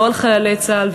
לא על חיילי צה"ל,